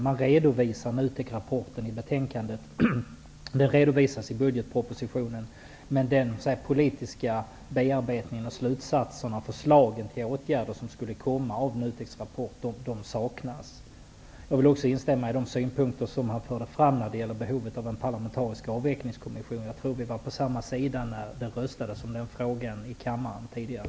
I betänkandet redovisas NUTEK-rapporten, och den redovisas i budgetpropositionen, men den politiska bearbetningen och slutsatserna, förslagen till åtgärder som skulle komma i och med NUTEK:s rapport, saknas. Jag vill också instämma i de synpunkter som Roland Lében förde fram angående behovet av en parlamentarisk avvecklingskommission. Jag tror att vi var på samma sida när det röstades om den frågan i kammaren tidigare.